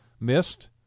missed